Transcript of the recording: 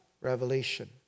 revelation